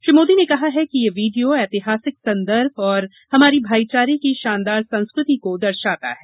श्री मोदी ने कहा है कि यह वीडियो ऐतिहासिक संदर्भ और हमारी भाईचारे की शानदार संस्कृति को दर्शाता है